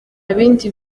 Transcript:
bindi